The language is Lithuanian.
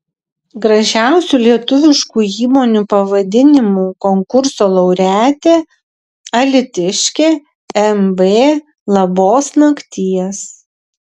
gražiausių lietuviškų įmonių pavadinimų konkurso laureatė alytiškė mb labos nakties